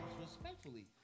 respectfully